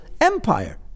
empire